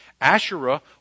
Asherah